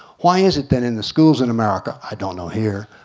why is it that in the schools in america, i don't know here,